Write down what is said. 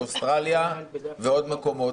מאוסטרליה ומעוד מקומות,